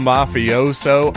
Mafioso